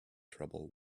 trouble